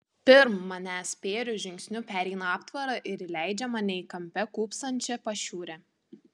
pirm manęs spėriu žingsniu pereina aptvarą ir įleidžia mane į kampe kūpsančią pašiūrę